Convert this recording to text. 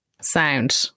Sound